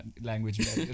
language